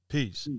Peace